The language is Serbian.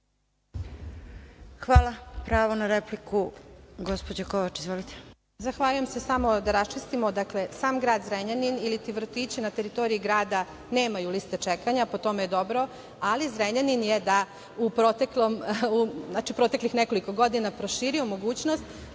Hvala. Pravo na repliku, gospođa Kovač. Izvolite. **Elvira Kovač** Zahvaljujem se. Samo da raščistimo. Dakle, sam grad Zrenjanin iliti vrtići na teritoriji grada nemaju liste čekanja i to je dobro, ali Zrenjanin je u proteklih nekoliko godina proširio mogućnost